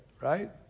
right